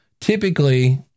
Typically